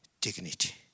dignity